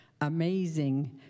amazing